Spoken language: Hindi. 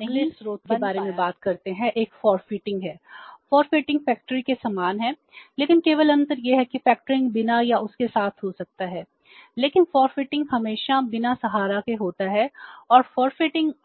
फिर हम अगले स्रोत के बारे में बात करते हैं एक forfaiting है forfaiting फैक्टरिंग